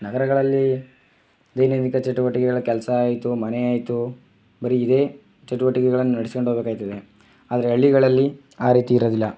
ನಗರಗಳಲ್ಲಿ ದೈನಂದಿಕ ಚಟುವಟಿಗಳು ಕೆಲಸ ಆಯಿತು ಮನೆ ಆಯಿತು ಬರೀ ಇದೇ ಚಟುವಟಿಗಳನ್ನು ನಡೆಸ್ಕೊಂಡು ಹೋಗಬೇಕಾಯ್ತದೆ ಆದರೆ ಹಳ್ಳಿಗಳಲ್ಲಿ ಆ ರೀತಿ ಇರೋದಿಲ್ಲ